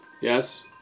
Yes